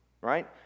right